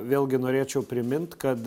vėlgi norėčiau primint kad